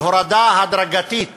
הורדה הדרגתית